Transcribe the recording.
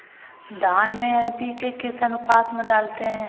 धान में एन.पी.के किस अनुपात में डालते हैं?